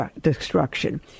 destruction